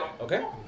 Okay